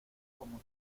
como